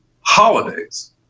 holidays